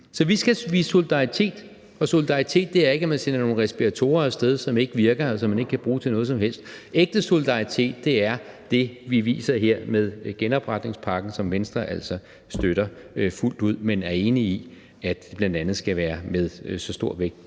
i. Vi skal vise solidaritet, og solidaritet er ikke, at man sender nogle respiratorer af sted, som ikke virker, og som ikke kan bruge til noget som helst. Ægte solidaritet er det, vi viser her med genopretningspakken, som Venstre altså støtter fuldt ud, men vi er enige i, at den bl.a. skal være med stor vægt